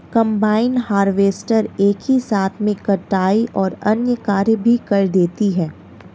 combine harvester एक ही साथ में कटाई और अन्य कार्य भी कर देती है